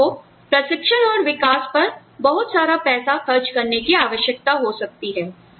तो आपको प्रशिक्षण और विकास पर बहुत सारा पैसा खर्च करने की आवश्यकता हो सकती है